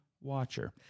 watcher